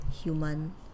human